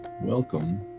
Welcome